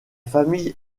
famille